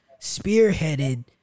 spearheaded